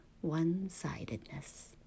one-sidedness